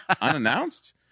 unannounced